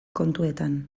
kontuetan